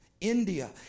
India